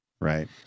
Right